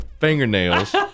fingernails